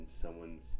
someone's